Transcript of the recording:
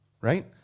right